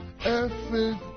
effort